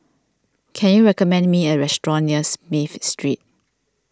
can you recommend me a restaurant near Smith Street